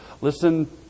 Listen